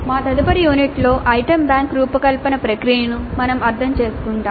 మా తదుపరి యూనిట్లో ఐటెమ్ బ్యాంక్ రూపకల్పన ప్రక్రియను మేము అర్థం చేసుకుంటాము